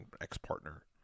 ex-partner